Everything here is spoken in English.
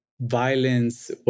violence